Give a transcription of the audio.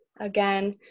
again